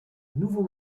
nouveau